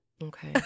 Okay